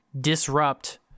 disrupt